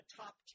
top